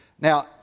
Now